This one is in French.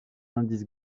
indice